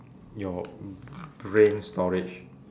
your b~ brain storage